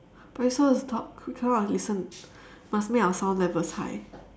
but we're supposed to talk we cannot listen must make our sound levels high